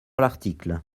l’article